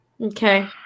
Okay